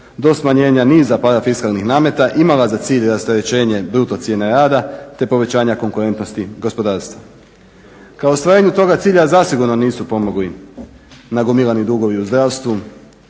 do smanjenja niza parafiskalnih nameta imala za cilj rasterećenje bruto cijene rada, te povećanja konkurentnosti gospodarstva. Ka ostvarenju toga cilja zasigurno nisu pomogli nagomilani dugovi u zdravstvu,